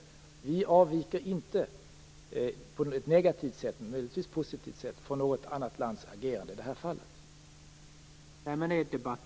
Sverige avviker inte på något negativt sätt - men möjligtvis på ett positivt - från något annat lands agerande i det här fallet.